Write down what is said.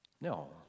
no